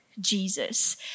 Jesus